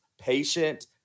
patient